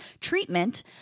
treatment